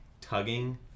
tugging